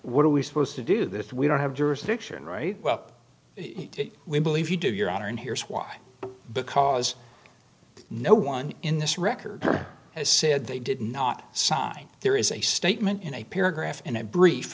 what are we supposed to do that we don't have jurisdiction right well we believe you did your honor and here's why because no one in this record as said they did not sign there is a statement in a paragraph